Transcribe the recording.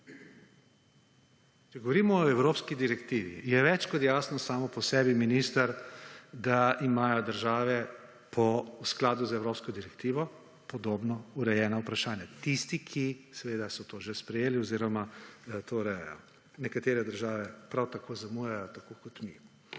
Če govorimo o evropski direktivi, je več kot jasno samo po sebi, minister, da imajo države v skladu z evropsko direktivo podobno urejena vprašanja – tisti, ki seveda so to že sprejeli oziroma to urejajo. Nekatere države prav tako zamujajo tako kot mi.